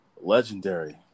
Legendary